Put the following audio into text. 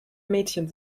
mädchen